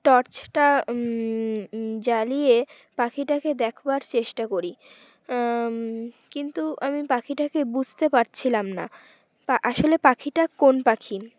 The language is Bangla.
টর্চটা জ্বালিয়ে পাখিটাকে দেখবার চেষ্টা করি কিন্তু আমি পাখিটাকে বুঝতে পারছিলাম না আসলে পাখিটা কোন পাখি